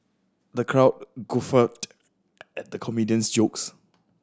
the crowd guffawed at the comedian's jokes